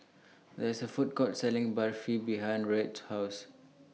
There IS A Food Court Selling Barfi behind Wright's House